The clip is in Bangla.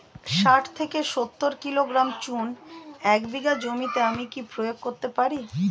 শাঠ থেকে সত্তর কিলোগ্রাম চুন এক বিঘা জমিতে আমি প্রয়োগ করতে পারি?